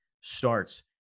starts